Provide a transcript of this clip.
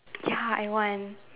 ya I want